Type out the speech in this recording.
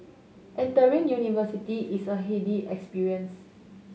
entering university is a heady experience